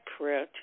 prayer